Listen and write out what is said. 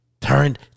Turned